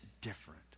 different